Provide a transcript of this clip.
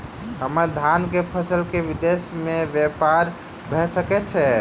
हम्मर धान केँ फसल केँ विदेश मे ब्यपार भऽ सकै छै?